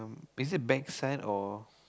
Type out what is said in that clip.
is it backside or